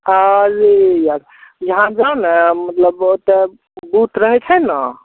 यहाँ जाउ ने मतलब ओतऽ बुथ रहै छै ने